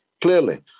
clearly